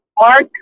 Mark